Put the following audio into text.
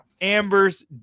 Amber's